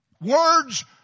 Words